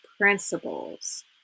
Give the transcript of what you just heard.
principles